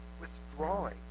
withdrawing